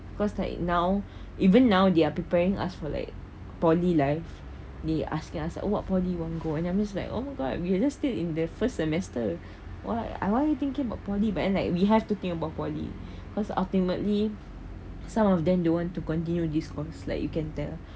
cause like now even now they are preparing us for like poly life they asking us what poly you want to go and I'm just like oh my god we just stay in the first semester why ah why you thinking about poly but then like we have to think about poly cause ultimately some of them don't want to continue this course like you can tell